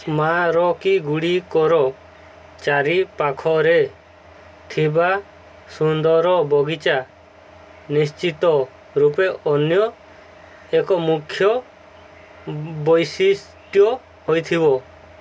ସ୍ମାରକୀଗୁଡ଼ିକର ଚାରିପାଖରେ ଥିବା ସୁନ୍ଦର ବଗିଚା ନିଶ୍ଚିତ ରୂପେ ଅନ୍ୟ ଏକ ମୁଖ୍ୟ ବୈଶିଷ୍ଟ୍ୟ ହେଇଥିବ